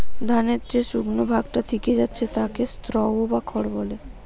ধানের যে শুকনো ভাগটা থিকে যাচ্ছে তাকে স্ত্রও বা খড় বলে